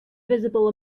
visible